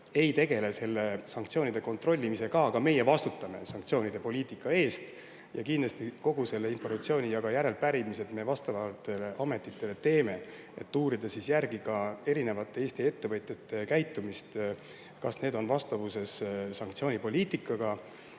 ei tegele sanktsioonide kontrollimisega, aga meie vastutame sanktsioonide poliitika eest ja kindlasti [anname] kogu selle informatsiooni ja teeme järelepärimised vastavatele ametitele, et uurida erinevate Eesti ettevõtjate käitumist, kas see on vastavuses sanktsioonipoliitikaga.